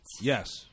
Yes